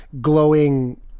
Glowing